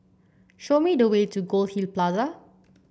show me the way to Goldhill Plaza